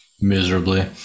miserably